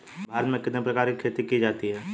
भारत में कितने प्रकार की खेती की जाती हैं?